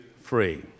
free